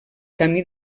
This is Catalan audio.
camí